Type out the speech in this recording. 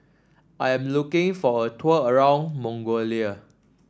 I am looking for a tour around Mongolia